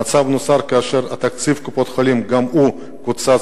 המצב נוצר כאשר תקציב קופות-החולים גם הוא קוצץ,